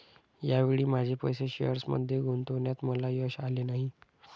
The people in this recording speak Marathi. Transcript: या वेळी माझे पैसे शेअर्समध्ये गुंतवण्यात मला यश आले नाही